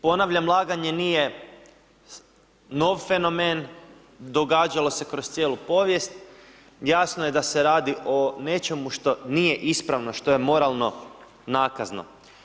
Ponavljam laganje nije nov fenomen, događalo se kroz cijelu povijest, jasno je da se radi o nečemu što nije ispravno što je moralno nakazno.